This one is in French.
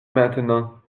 maintenant